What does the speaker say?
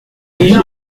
bahut